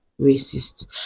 racists